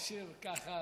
תשאיר ככה.